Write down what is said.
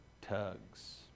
tugs